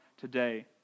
today